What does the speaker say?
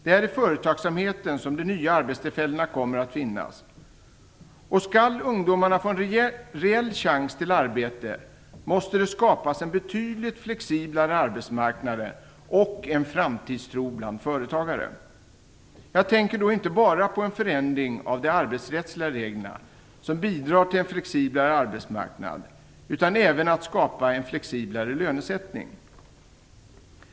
Det är i företagsamheten som de nya arbetstillfällena kommer att finnas. Och skall ungdomarna få en reell chans till arbete, måste det skapas en betydligt flexiblare arbetsmarknad och en framtidstro bland företagare. Jag tänker då inte bara på en förändring av de arbetsrättsliga reglerna som bidrag till en flexiblare arbetsmarknad, utan även på att skapa en flexiblare lönesättning.